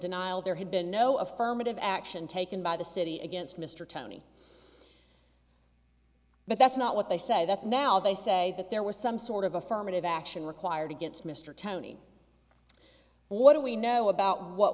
denial there had been no affirmative action taken by the city against mr tony but that's not what they say that now they say that there was some sort of affirmative action required against mr tony what do we know about what